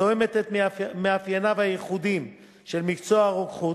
התואמת את מאפייניו הייחודיים של מקצוע הרוקחות,